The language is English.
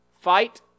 Fight